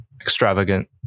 extravagant